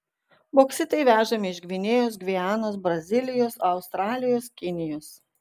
boksitai vežami iš gvinėjos gvianos brazilijos australijos kinijos